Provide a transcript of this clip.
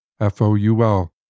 F-O-U-L